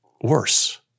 worse